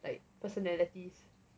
like personalities